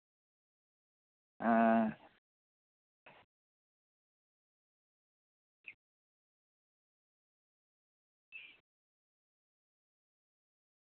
ᱮᱸ